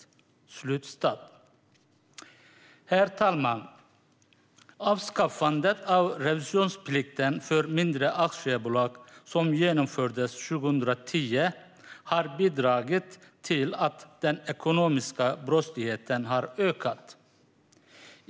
Herr talman! Avskaffandet av revisionsplikten för mindre aktiebolag, som genomfördes 2010, har bidragit till att den ekonomiska brottsligheten har ökat.